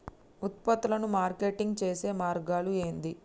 ఉత్పత్తులను మార్కెటింగ్ చేసే మార్గాలు ఏంది?